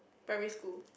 primary school